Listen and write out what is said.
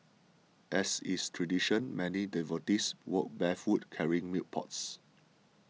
as is tradition many devotees walked barefoot carrying milk pots